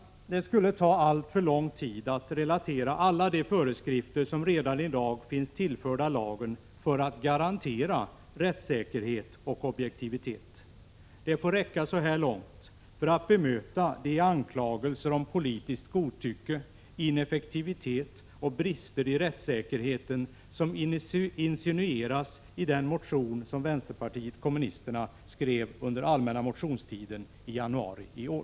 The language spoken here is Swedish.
Det skulle ta alltför lång tid att relatera alla de föreskrifter som redan i dag finns tillförda lagen för att garantera rättssäkerhet och objektivitet. Det får räcka så här långt, för att bemöta de anklagelser om politiskt godtycke, ineffektivitet och brister i rättssäkerheten som insinueras i den motion som vänsterpartiet kommunisterna skrev under allmänna motionstiden i januari i år.